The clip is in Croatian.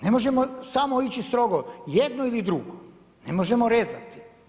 Ne možemo samo ići strogo jedno ili drugo, ne možemo rezati.